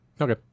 Okay